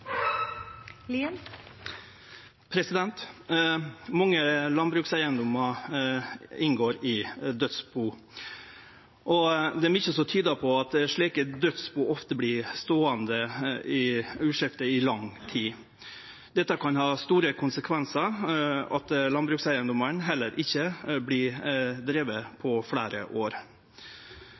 tyder på at slike dødsbu ofte vert ståande i uskifte i lang tid. Dette kan ha store konsekvensar, som at landbrukseigedomane heller ikkje vert drivne på fleire år.